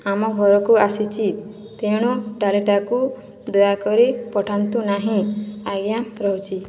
ଆମ ଘରକୁ ଆସିଛି ତେଣୁ ଡାଲିଟାକୁ ଦୟାକରି ପଠାନ୍ତୁ ନାହିଁ ଆଜ୍ଞା ରହୁଛି